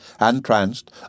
entranced